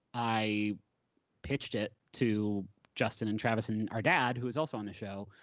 i pitched it to justin and travis and our dad, who was also on the show,